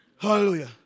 Hallelujah